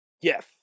Yes